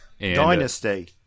Dynasty